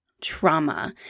trauma